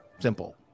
simple